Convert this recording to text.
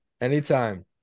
Anytime